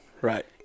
right